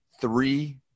three